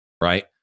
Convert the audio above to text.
right